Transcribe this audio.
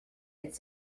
its